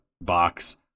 box